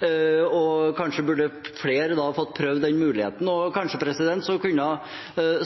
bra. Kanskje burde da flere ha fått prøve den muligheten, og kanskje kunne